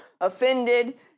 offended